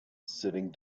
sitting